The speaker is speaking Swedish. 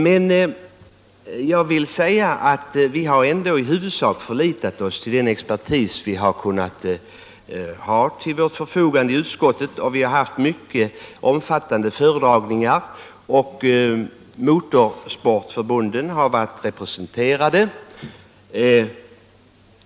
Men vi har ändå i huvudsak förlitat oss på den expertis som vi har haft till förfogande i utskottet. Vi har haft mycket omfattande föredragningar, där motorsportsförbunden har varit representerade.